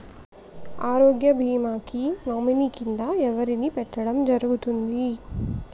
ఆరోగ్య భీమా కి నామినీ కిందా ఎవరిని పెట్టడం జరుగతుంది?